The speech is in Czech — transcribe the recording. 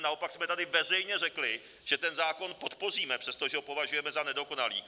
Naopak jsme tady veřejně řekli, že ten zákon podpoříme, přestože ho považujeme za nedokonalý.